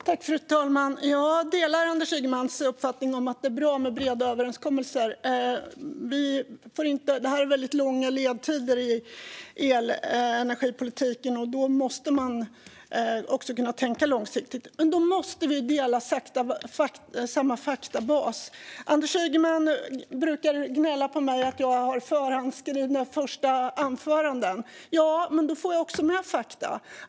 Fru talman! Jag delar Anders Ygemans uppfattning att det är bra med breda överenskommelser. Det är långa ledtider i energipolitiken, och därför måste man kunna tänka långsiktigt. Då måste vi dock dela faktabas. Anders Ygeman brukar gnälla på mig för att jag har förhandsskrivna första inlägg - ja, men då får jag ju med fakta.